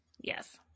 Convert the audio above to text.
Yes